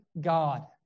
God